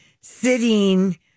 sitting